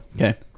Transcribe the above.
Okay